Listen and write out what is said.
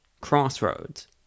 crossroads